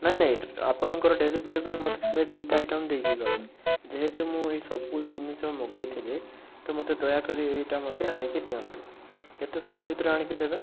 ନାଇ ନାଇ ଆପଣଙ୍କର ଡେରିଫେରି ପାଇଁ ମୋତେ ଖାଲି ଦୁଇଟା ଆଇଟମ୍ ଦେଇକି ଗଲେ ଯେହେତୁ ମୁଁ ଏଇସବୁ ଜିନିଷ ମଗେଇଥିଲି ତ ମୋତେ ଦୟାକରି ଏଇଟା ମୋତେ ଆଣିକି ଦିଅନ୍ତୁ କେତେ ସମୟ ଭିତରେ ଆଣିକି ଦେବେ